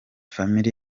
family